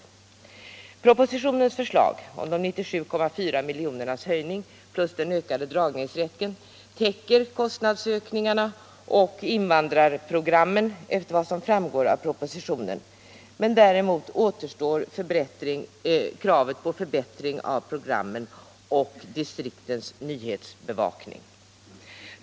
Förslaget i propositionen om en höjning på 97,4 miljoner och en ökad dragningsrätt täcker enligt vad som framgår av propositionen kostnadsökningarna och kostnaderna för invandrarprogram. Däremot återstår kravet på förbättring av programmen och distriktens nyhetsbevakning.